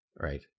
right